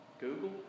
Google